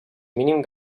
mínim